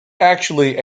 actually